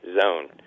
zone